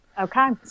Okay